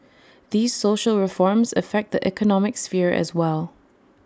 these social reforms affect the economic sphere as well